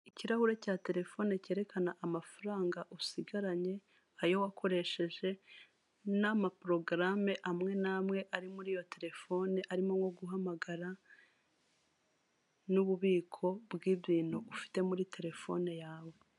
Ikirahure cya terefone cyerekana amafaranga usigaranye; ayo wakoresheje, n'amaporogaramu amwe n'amwe ari muri iyo terefone, arimo nko guhamagara, n'ububiko bw'ibintu ufite muri telefone yawe.